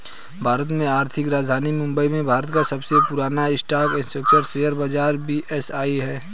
भारत की आर्थिक राजधानी मुंबई में भारत का सबसे पुरान स्टॉक एक्सचेंज शेयर बाजार बी.एस.ई हैं